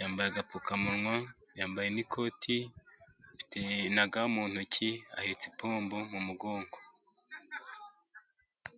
yambaye agapfukamunwa, yambaye n'ikoti, afite na ga mu ntoki, ahetse n'ipombo mu mugongo.